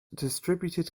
distributed